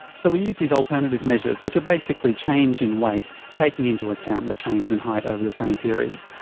so we used these alternative measures, which are basically change in weight, taking into account the change in height over the same period.